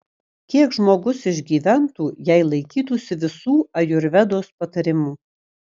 kiek žmogus išgyventų jei laikytųsi visų ajurvedos patarimų